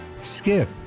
Skip